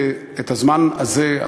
את הזמן הזה,